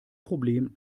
problem